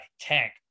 Tank